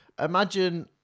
imagine